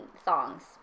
thongs